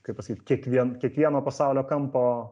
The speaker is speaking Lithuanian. kaip pasakyt kiekvien kiekvieno pasaulio kampo